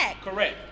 Correct